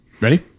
Ready